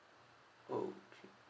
oh